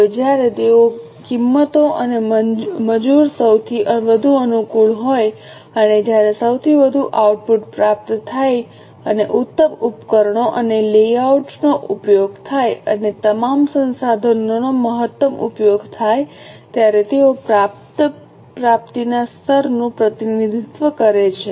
હવે જ્યારે તેઓ કિંમતો અને મજૂર સૌથી વધુ અનુકૂળ હોય અને જ્યારે સૌથી વધુ આઉટપુટ પ્રાપ્ત થાય અને ઉત્તમ ઉપકરણો અને લેઆઉટનો ઉપયોગ થાય અને તમામ સંસાધનોનો મહત્તમ ઉપયોગ થાય ત્યારે તેઓ પ્રાપ્ત પ્રાપ્તિના સ્તરનું પ્રતિનિધિત્વ કરે છે